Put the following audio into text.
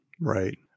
right